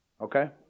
Okay